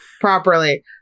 properly